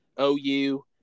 OU